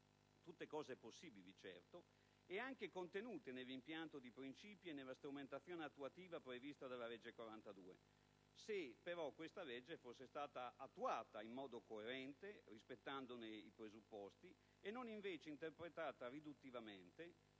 Tutte cose possibili, certo, ed anche contenute nell'impianto di principio e nella strumentazione attuativa prevista dalla legge n. 42, se però questa legge fosse stata attuata in modo coerente, rispettandone i presupposti, e non invece interpretata riduttivamente